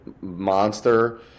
monster